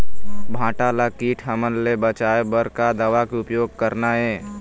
भांटा ला कीट हमन ले बचाए बर का दवा के उपयोग करना ये?